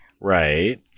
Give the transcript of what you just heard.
Right